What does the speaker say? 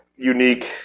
Unique